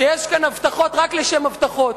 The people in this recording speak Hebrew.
שיש כאן הבטחות רק לשם הבטחות,